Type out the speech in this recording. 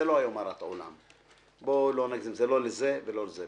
זה לא לזה ולא לזה.